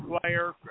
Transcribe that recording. player